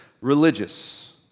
religious